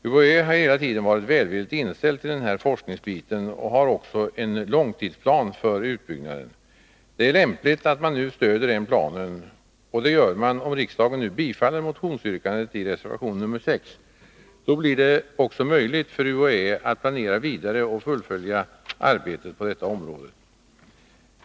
UHÄ har hela tiden varit välvilligt inställt till den här forskningsbiten och har också en långtidsplan för utbyggnaden. Det är lämpligt att nu stödja den planen, och det gör man om riksdagen nu bifaller det motionsyrkande som återfinns i reservation 6. Då blir det möjligt för UHÄ att planera vidare och fullfölja arbetet på detta område.